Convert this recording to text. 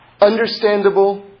understandable